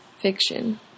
fiction